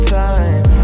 time